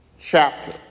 chapter